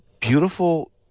beautiful